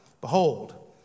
Behold